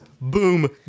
boom